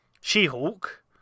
She-Hulk